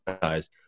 guys